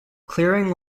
clearing